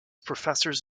professors